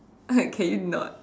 like can you not